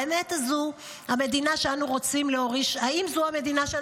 האם זו המדינה שאנו רוצים להוריש לילדינו,